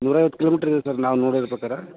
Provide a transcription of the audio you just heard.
ನೂರ ಐವತ್ತು ಕಿಲೋಮೀಟ್ರ್ ಇದೆ ಸರ್ ನಾವು ನೋಡಿರೋ ಪ್ರಕಾರ